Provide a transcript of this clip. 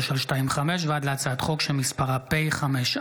פ/5403/25 וכלה בהצעת חוק פ/5435/25,